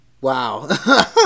Wow